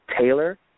taylor